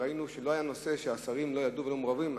ראינו שלא היה נושא שהשרים לא ידעו ולא היו מעורבים בו.